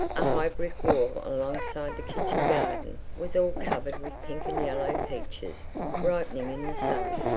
a high brick wall alongside the kitchen garden was all covered with pink and yellow peaches ripening in the sun.